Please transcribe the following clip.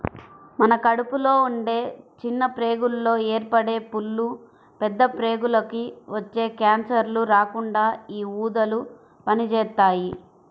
మన కడుపులో ఉండే చిన్న ప్రేగుల్లో ఏర్పడే పుళ్ళు, పెద్ద ప్రేగులకి వచ్చే కాన్సర్లు రాకుండా యీ ఊదలు పనిజేత్తాయి